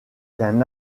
d’un